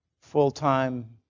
full-time